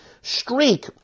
streak